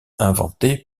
inventée